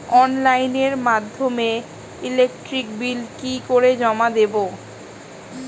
অনলাইনের মাধ্যমে electric bill কি করে জমা দেবো?